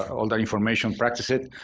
all the information, practice it,